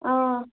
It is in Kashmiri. اۭں